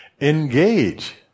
engage